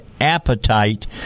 appetite